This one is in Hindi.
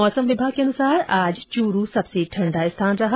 मौसम विभाग के अनुसार आज चूरू सबसे ठंडा स्थान रहा